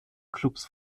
clubs